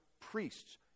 priests